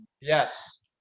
yes